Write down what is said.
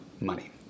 money